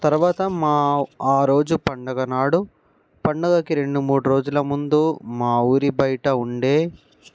తర్వాత మా ఆ రోజు పండుగ నాడు పండుగకి రెండు మూడు రోజుల ముందు మా ఊరి బయట ఉండే